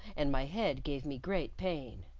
and my head gave me great pain,